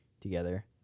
together